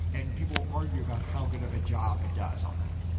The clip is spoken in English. and people argue about how good of a job it does on that.